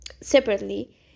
separately